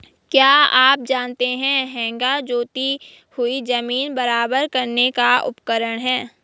क्या आप जानते है हेंगा जोती हुई ज़मीन बराबर करने का उपकरण है?